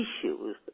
issues